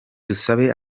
dusaba